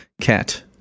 cat